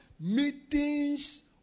meetings